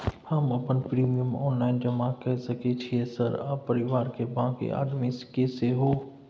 हम अपन premium online जमा के सके छियै सर आ परिवार के बाँकी आदमी के सेहो?